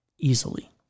easily